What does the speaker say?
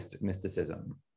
mysticism